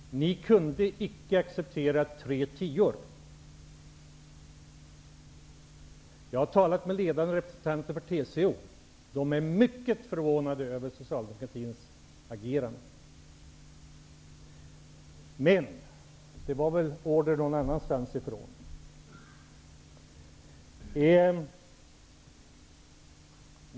Ni kunde icke acceptera tre tior. Jag har talat med ledande representanter för TCO. De är mycket förvånade över Socialdemokraternas agerande. Men det var väl order någon annanstans ifrån.